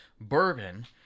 bourbon